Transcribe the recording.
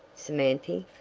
samanthy.